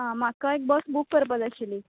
आं म्हाका एक बस बूक करपाक जाय आशिल्ली